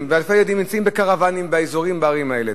ואלפי ילדים נמצאים בקרוונים באזורים בערים האלה.